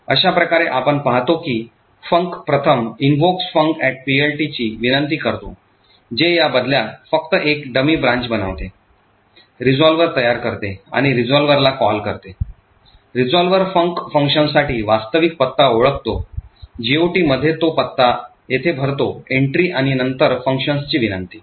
अशा प्रकारे आपण पाहतो की func प्रथम invokes funcPLT ची विनंती करतो जे या बदल्यात फक्त एक dummy branch बनवते resolver तयार करते आणि resolver ला कॉल करते resolver func फंक्शनसाठी वास्तविक पत्ता ओळखतो GOT मध्ये तो पत्ता येथे भरतो एंट्री आणि नंतर फंक्शनची विनंती